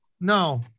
No